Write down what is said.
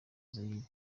zaïre